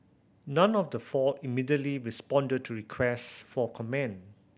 none of the four immediately responded to request for comment